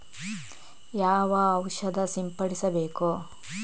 ಯಾವ ಔಷಧ ಸಿಂಪಡಿಸಬೇಕು?